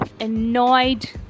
annoyed